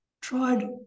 tried